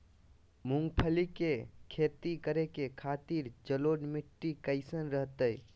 मूंगफली के खेती करें के खातिर जलोढ़ मिट्टी कईसन रहतय?